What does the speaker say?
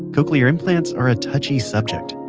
cochlear implants are a touchy subject.